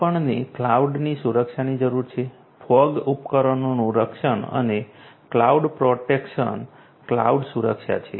આપણને ક્લાઉડની સુરક્ષાની જરૂર છે ફોગ ઉપકરણોનું રક્ષણ અને આ ક્લાઉડ પ્રોટેક્શન ક્લાઉડ સુરક્ષા છે